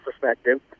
perspective